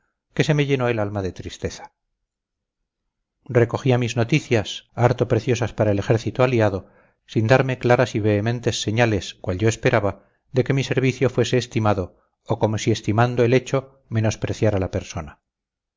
que se me llenó el alma de tristeza recogía mis noticias harto preciosas para el ejército aliado sin darme claras y vehementes señales cual yo esperaba de que mi servicio fuese estimado o como si estimando el hecho menospreciara la persona